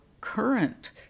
current